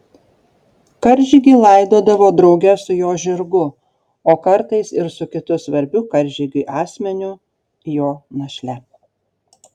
karžygį laidodavo drauge su jo žirgu o kartais ir su kitu svarbiu karžygiui asmeniu jo našle